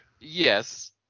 Yes